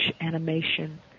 animation